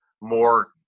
more